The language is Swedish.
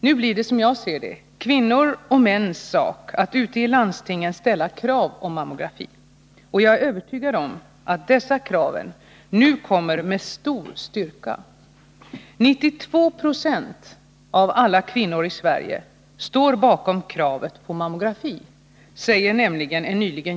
Nu blir det, som jag ser det, kvinnors och mäns sak att ute i landstingen ställa krav på mammografi. Och jag är övertygad om att dessa krav nu kommer med stor styrka. En nyligen gjord undersökning säger nämligen att 92 Fo av alla kvinnor i Sverige står bakom kravet på mammografi.